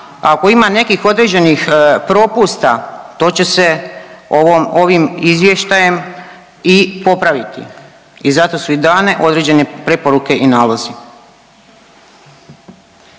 ako ima nekih određenih propusta to će se ovim izvještajem i popraviti i zato su i dane određene preporuke i nalozi.